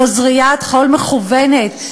זו זריית חול מכוונת.